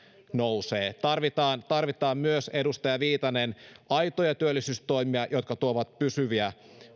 nousee tarvitaan tarvitaan myös edustaja viitanen aitoja työllisyystoimia jotka tuovat pysyviä